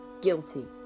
guilty